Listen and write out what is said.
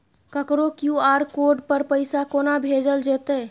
ककरो QR code पर पैसा कोना भेजल जेतै?